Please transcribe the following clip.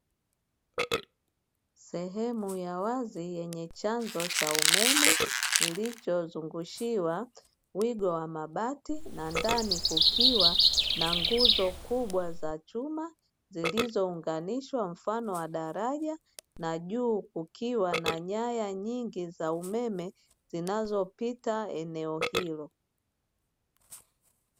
Sehemu ya wazi yenye chanzo cha umeme, kilichozungushiwa wigo wa mabati na ndani kukiwa na nguzo kubwa za chuma, zilizounganishwa mfano wa daraja na juu kukiwa na nyaya nyingi za umeme zinazopita eneo hilo.